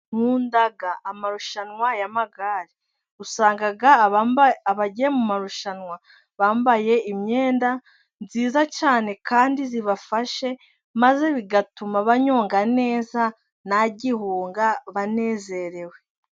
Nkunda amarushanwa y'amagare usanga abagiye mu marushanwa bambaye imyenda myiza cyane kandi ibafashe maze bigatuma banyonga neza nta gihunga banezerewe.